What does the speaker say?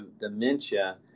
dementia